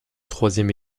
troisième